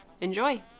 Enjoy